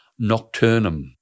Nocturnum